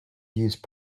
used